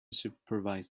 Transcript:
supervise